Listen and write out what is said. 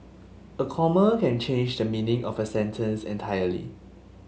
a comma can change the meaning of a sentence entirely